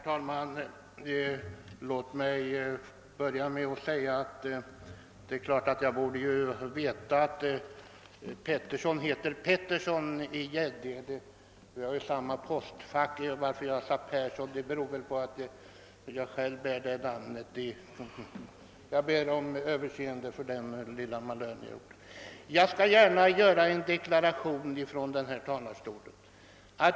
Herr talman! Först vill jag säga att jag ju vet att herr Petersson heter Petersson i Gäddede; vi delar dessutom postfack, men jag antar att jag kallade honom för Persson på grund av att jag själv bär det namnet. Jag ber om överseende för den lilla malören. Så vill jag gärna göra en deklaration ifrån denna talarstol.